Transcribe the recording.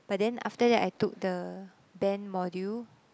but then after that I took the band module